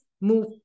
move